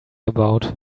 about